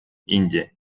индия